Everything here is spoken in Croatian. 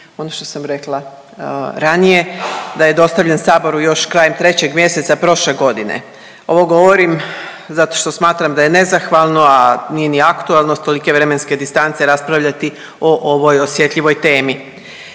ono što sam rekla ranije da je dostavljen Saboru još krajem trećeg mjeseca prošle godine. Ovo govorim zato što smo smatram da je nezahvalno, a nije ni aktualno sa tolike vremenske distance raspravljati o ovoj osjetljivoj temi.